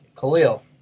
Khalil